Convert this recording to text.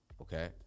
okay